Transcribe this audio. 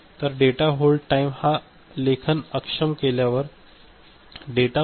तर data hold time हा लेखन अक्षम केल्यावर डेटा वैध राहण्यासाठी किमान वेळ आहे